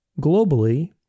globally